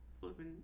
flipping